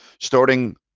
starting